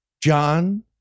John